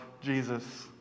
Jesus